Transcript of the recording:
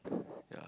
yeah